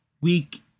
week